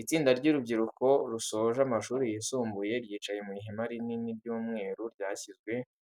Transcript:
Itsinda ry’urubyiruko rusoje amashuri yisumbuye ryicaye mu ihema rinini ry’umweru ryashyizwe